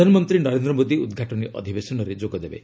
ପ୍ରଧାନମନ୍ତ୍ରୀ ନରେନ୍ଦ୍ର ମୋଦୀ ଉଦ୍ଘାଟନୀ ଅଧିବେଶନରେ ଯୋଗ ଦେବେ